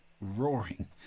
roaring